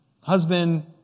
husband